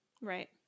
Right